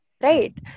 right